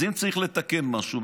אז אם צריך לתקן משהו,